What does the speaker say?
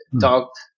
talked